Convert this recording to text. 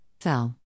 fell